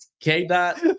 K-Dot